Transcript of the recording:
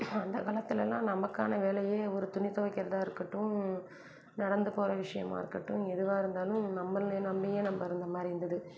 அந்த காலத்துலலாம் நமக்கான வேலையே ஒரு துவைக்கிறதாக இருக்கட்டும் நடந்து போகிற விஷயமா இருக்கட்டும் எதுவாக இருந்தாலும் நம்மளை நம்பியே நம்ம இருந்தமாதிரி இருந்தது